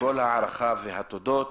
כל ההערכה והתודות